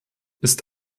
ist